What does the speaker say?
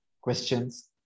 questions